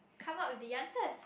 come out with the answers